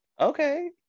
Okay